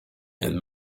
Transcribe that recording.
and